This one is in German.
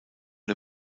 der